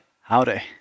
Howdy